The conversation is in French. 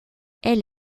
elle